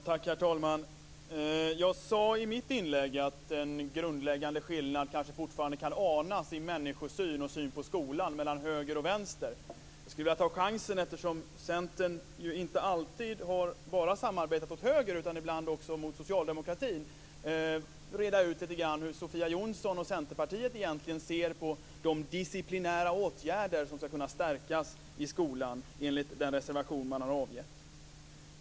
Herr talman! Jag sade i mitt inlägg att en grundläggande skillnad mellan högern och vänstern kanske fortfarande kan anas när det gäller människosynen och synen på skolan. Centern har ju inte alltid samarbetat med högern utan ibland också med socialdemokraterna. Därför skulle jag vilja reda ut hur Sofia Jonsson och Centerpartiet egentligen ser på de disciplinära åtgärder som skall kunna stärka skolan, enligt den reservation som man har avgett.